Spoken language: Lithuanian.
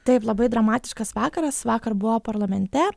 taip labai dramatiškas vakaras vakar buvo parlamente